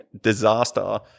disaster